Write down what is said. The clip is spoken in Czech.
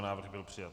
Návrh byl přijat.